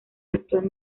actual